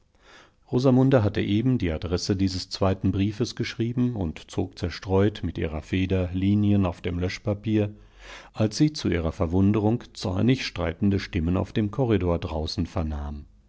rosamunde hatte eben die adresse dieses zweiten briefes geschrieben und zog zerstreut mit ihrer feder linien auf dem löschpapier als sie zu ihrer verwunderung zornig streitende stimmen auf dem korridor draußen vernahm